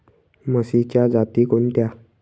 म्हशीच्या जाती कोणत्या?